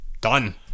Done